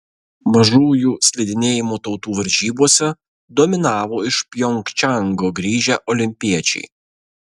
mažųjų slidinėjimo tautų varžybose dominavo iš pjongčango grįžę olimpiečiai